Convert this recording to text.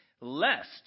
Lest